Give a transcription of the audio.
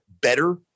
better